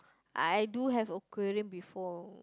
I do have aquarium before